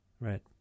Right